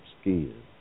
skin